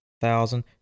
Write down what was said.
thousand